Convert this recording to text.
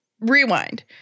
rewind